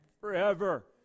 forever